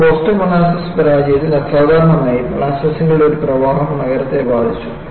എന്നാൽ Boston molasses പരാജയത്തിൽ അസാധാരണമായി മോളാസസുകളുടെ ഒരു പ്രവാഹം നഗരത്തെ ബാധിച്ചു